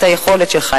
את היכולת שלך,